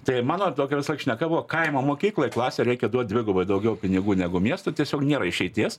tai mano tokia visąlaik šneka buvo kaimo mokyklai klasę reikia duot dvigubai daugiau pinigų negu miesto tiesiog nėra išeities